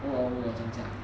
偶尔偶尔这样驾